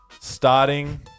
Starting